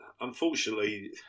unfortunately